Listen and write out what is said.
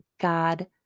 God